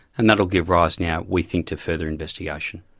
and that'll give rise now, we think, to further investigation.